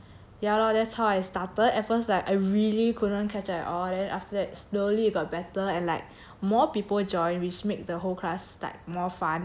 ya lor that's how I started at first like I really couldn't catch at all then after that slowly it got better and like more people joined which made the whole class like more fun and like